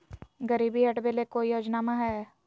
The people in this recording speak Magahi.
गरीबी हटबे ले कोई योजनामा हय?